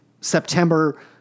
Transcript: September